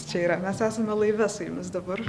čia yra mes esame laive su jumis dabar